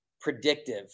predictive